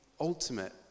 ultimate